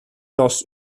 das